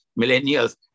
millennials